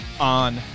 on